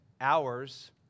hours